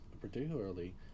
particularly